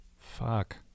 Fuck